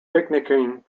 picnicking